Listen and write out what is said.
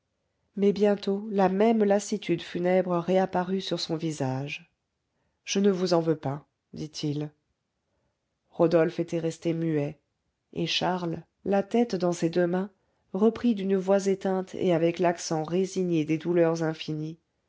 mais bientôt la même lassitude funèbre réapparut sur son visage je ne vous en veux pas dit-il rodolphe était resté muet et charles la tête dans ses deux mains reprit d'une voix éteinte et avec l'accent résigné des douleurs infinies